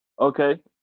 Okay